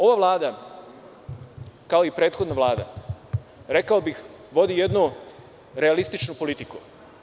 Ova Vlada, kao i prethodna Vlada, rekao bih, vodi jednu realističnu politiku.